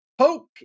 poke